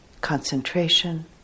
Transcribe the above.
concentration